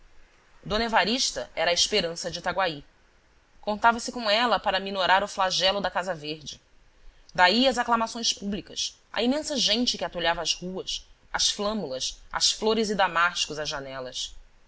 d evarista era a esperança de itaguaí contava-se com ela para minorar o flagelo da casa verde daí as aclamações públicas a imensa gente que atulhava as ruas as flâmulas as flores e damascos às janelas